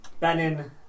Benin